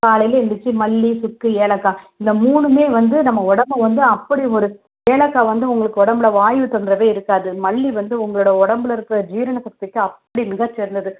காலையில் எழுந்திரிச்சி மல்லி சுக்கு ஏலக்காய் இந்த மூணுமே வந்து நம்ம உடம்ப வந்து அப்படி ஒரு ஏலக்காய் வந்து உங்களுக்கு உடம்புல வாய்வு தொந்தரவே இருக்காது மல்லி வந்து உங்களோடய உடம்புல இருக்கிற ஜீரணசக்திக்கு அப்படி மிகச்சிறந்தது